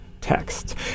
text